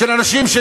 של אנשים,